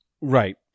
Right